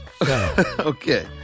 Okay